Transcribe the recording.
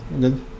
good